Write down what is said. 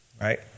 Right